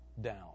down